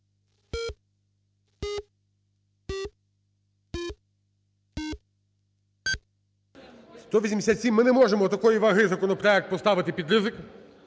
187. Ми не можемо такої ваги законопроект поставити під ризик.